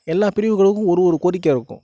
எல்லா பிரிவுகளுக்கும் ஒரு ஒரு கோரிக்கை இருக்கும்